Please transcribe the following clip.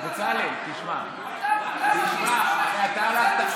אתה מתנצל בפניו, אלעזר?